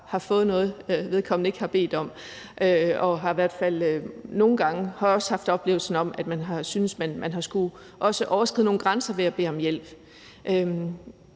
har fået noget, vedkommende ikke har bedt om. Og nogle gange har jeg også haft oplevelsen af, at man har syntes, at man har skullet overskride nogle grænser ved at bede om hjælp.